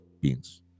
beings